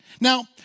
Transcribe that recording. Now